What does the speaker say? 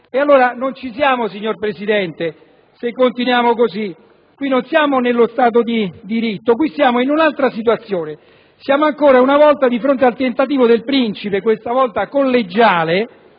Dunque non ci siamo, signor Presidente, se continuiamo così. Non siamo nello Stato di diritto ma in un'altra situazione: siamo ancora una volta di fronte al tentativo del principe, questa volta collegiale,